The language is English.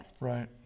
Right